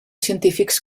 científics